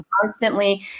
constantly